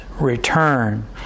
return